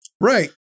Right